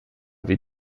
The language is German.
wie